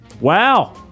Wow